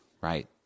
right